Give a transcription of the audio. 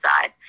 side